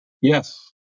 Yes